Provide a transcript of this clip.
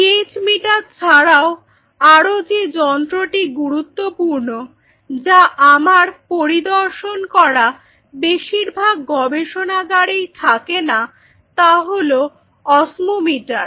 pH meter ছাড়াও আরো যে যন্ত্রটি গুরুত্বপূর্ণ যা আমার পরিদর্শন করা বেশিরভাগ গবেষণাগারেই থাকেনা তা হলো অস্মোমিটার